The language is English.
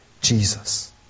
Jesus